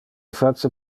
face